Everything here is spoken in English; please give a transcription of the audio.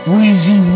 Weezy